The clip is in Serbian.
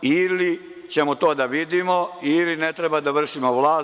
Ili ćemo to da vidimo, ili ne treba da vršimo vlast.